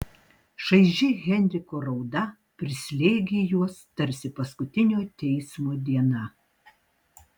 šaiži henriko rauda prislėgė juos tarsi paskutinio teismo diena